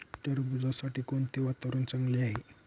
टरबूजासाठी कोणते वातावरण चांगले आहे?